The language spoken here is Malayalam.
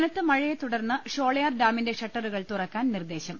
കനത്തമഴയെതുടർന്ന് ഷോളയാർ ഡാമിന്റെ ഷട്ടറുകൾ തുറക്കാൻ നിർദേശം